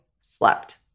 slept